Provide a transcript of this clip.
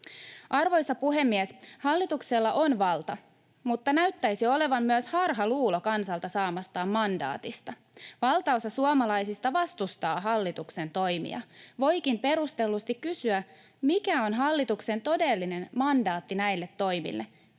Arvoisa puhemies! Hallituksella on valta mutta näyttäisi olevan myös harhaluulo kansalta saamastaan mandaatista. Valtaosa suomalaisista vastustaa hallituksen toimia. Voikin perustellusti kysyä, mikä on hallituksen todellinen mandaatti näille toimille,